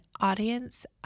audience